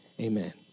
amen